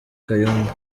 kayumba